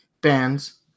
bands